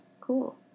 Cool